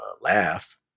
Laugh